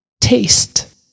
taste